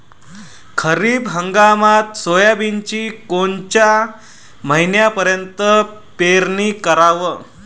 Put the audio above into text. खरीप हंगामात सोयाबीनची कोनच्या महिन्यापर्यंत पेरनी कराव?